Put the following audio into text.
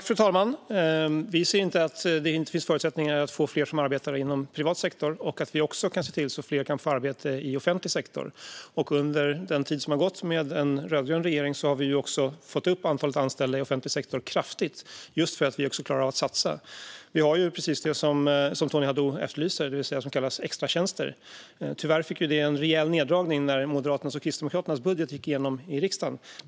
Fru talman! Vi ser inte att det inte finns förutsättningar att få fler som arbetar inom privat sektor och att fler kan få arbete också i offentlig sektor. Under den tid som har gått med en rödgrön regering har vi också fått upp antalet anställda i offentlig sektor kraftigt, just för att vi klarar av att satsa. Vi har precis det som Tony Haddou efterlyser, det vill säga det som kallas extratjänster. Tyvärr blev det där en rejäl neddragning när Moderaternas och Kristdemokraternas budget gick igenom i riksdagen.